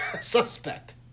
suspect